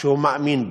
שהוא מאמין בו.